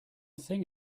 thing